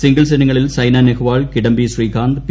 singles ഇനങ്ങളിൽ Saina Nehwal Kidambi Srikanth P